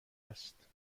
است